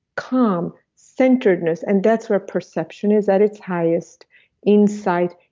calm, centeredness, and that's where perception is at its highest insight,